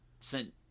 sent